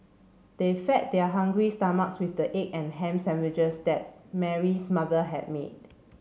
they fed their hungry stomachs with the egg and ham sandwiches that Mary's mother had made